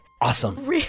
Awesome